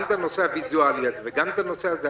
גם את הנושא הוויזואלי וגם את נושא הפגרה,